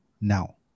now